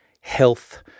health